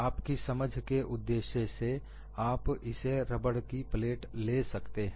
आपकी समझ के उद्देश्य से आप इसे रबड़ की प्लेट ले सकते हैं